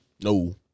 No